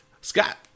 Scott